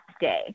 day